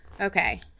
okay